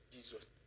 Jesus